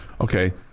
Okay